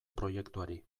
proiektuari